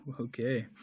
okay